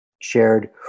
shared